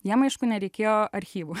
jiem aišku nereikėjo archyvų